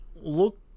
look